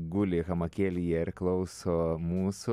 guli hamakėlyje ir klauso mūsų